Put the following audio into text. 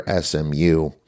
SMU